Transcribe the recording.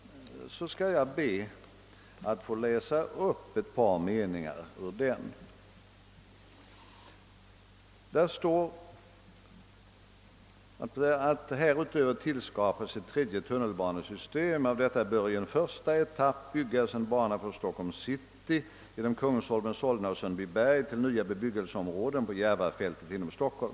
Jag skall be att få läsa upp ett par meningar ur Hörjelöverenskommelsen. Där står: »Härutöver tillskapas ett tredje tunnelbanesystem. Av detta bör i en första etapp byggas en bana från Stockholms city genom Kungsholmen, Solna och Sundbyberg till nya bebyggelseområden på Järvafältet inom Stockholm.